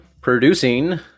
producing